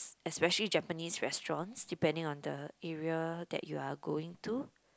especially Japanese restaurants depending on the area that you are going to